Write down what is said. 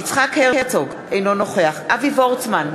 יצחק הרצוג, אינו נוכח אבי וורצמן,